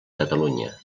catalunya